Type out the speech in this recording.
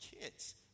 kids